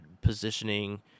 positioning